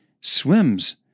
swims